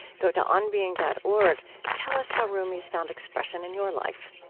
go to onbeing dot org tell us how rumi has found expression in your life.